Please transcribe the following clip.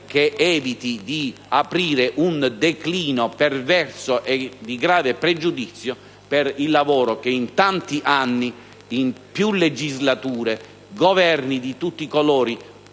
che eviti di aprire un declino perverso e di grave pregiudizio per il lavoro che in tanti anni, in più legislature, Governi di tutti i colori